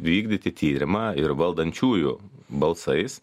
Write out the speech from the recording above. vykdyti tyrimą ir valdančiųjų balsais